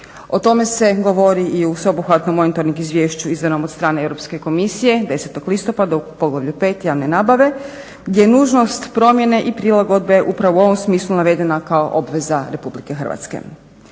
O tome se govori i u sveobuhvatnom monitoring izvješću izdanom od strane Europske komisije 10. listopada u Poglavlju 5.- Javne nabave gdje je nužnost promjene i prilagodbe upravo u ovom smislu navedena kao obveza RH.